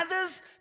others